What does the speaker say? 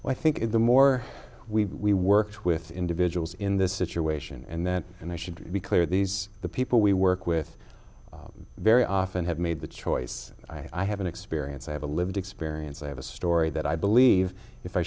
that i think is the more we worked with individuals in this situation and that and i should be clear these the people we work with very often have made the choice i have an experience i have a lived experience i have a story that i believe if i